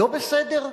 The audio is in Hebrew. לא בסדר?